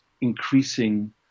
increasing